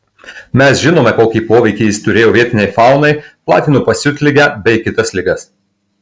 mes žinome kokį poveikį jis turėjo vietinei faunai platino pasiutligę bei kitas ligas